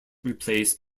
replaced